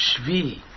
Shvi